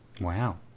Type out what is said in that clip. Wow